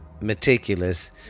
meticulous